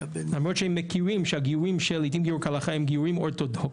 למרות שהם מכירים שהגיורים של "עתים גיור כהלכה" הם גיורים אורתודוקסים,